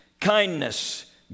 kindness